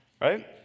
right